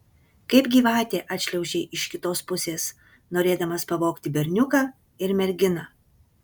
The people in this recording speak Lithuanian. kaip gyvatė atšliaužei iš kitos pusės norėdamas pavogti berniuką ir merginą